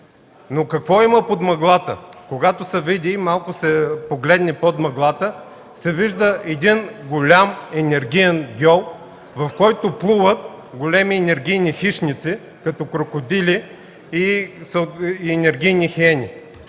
Но какво има под мъглата? Когато малко се погледне под мъглата, се вижда един голям енергиен гьол, в който плуват големи енергийни хищници като крокодили и енергийни хиени.